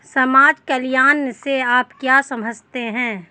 समाज कल्याण से आप क्या समझते हैं?